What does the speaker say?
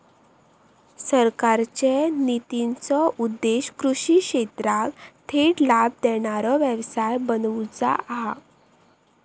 सरकारचे नितींचो उद्देश्य कृषि क्षेत्राक थेट लाभ देणारो व्यवसाय बनवुचा हा